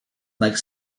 like